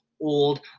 old